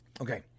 Okay